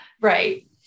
Right